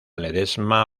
ledesma